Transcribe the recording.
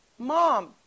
Mom